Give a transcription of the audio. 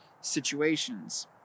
situations